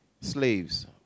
slaves